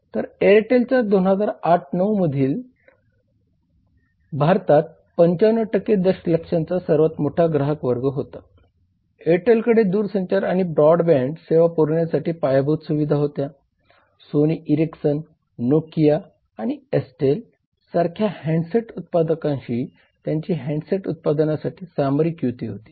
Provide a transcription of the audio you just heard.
तर एअरटेलचा 2009 10 मध्ये भारतात 95 दशलक्षांचा सर्वात मोठा ग्राहक वर्ग होता एअरटेलकडे दूरसंचार आणि ब्रॉडबँड सेवा पुरवण्यासाठी पायाभूत सुविधा होत्या सोनी एरिक्सन नोकिया आणि एस टेल सारख्या हँडसेट उत्पादकांशी त्याची हॅन्ड सेट उत्पादनासाठी सामरिक युती होती